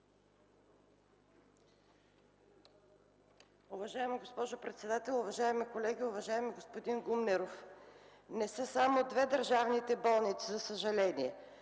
Уважаема госпожо председател, уважаеми колеги! Уважаеми господин Гумнеров, не са само две държавните болници, за съжаление.